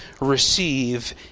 receive